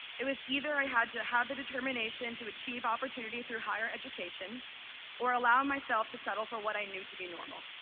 it was either i had to have the determination to achieve opportunity through higher education or allow myself to settle for what i knew to be normal.